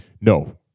No